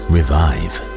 Revive